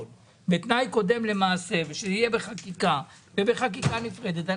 וכתנאי קודם למעשה זה יהיה בחקיקה ובחקיקה נפרדת,